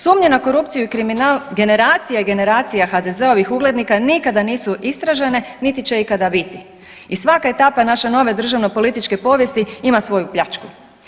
Sumnje na korupciju i kriminal generacija i generacija HDZ-ovih uglednika nikada nisu istražene niti će ikada biti i svaka etapa naše nove državnopolitičke povijesti ima svoju pljačku.